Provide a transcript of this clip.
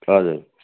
हजुर